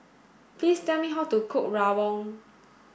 please tell me how to cook Rawon